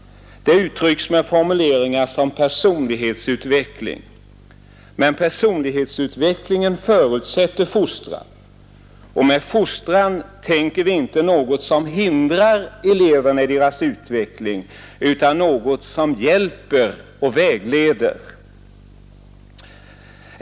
Det uttrycks med formuleringar som ”personlighetsutveckling”. Men personlighetsutveckling förutsätter fostran. Med fostran menar vi inte något som hindrar eleverna i deras utveckling utan något som hjälper och vägleder dem.